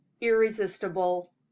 irresistible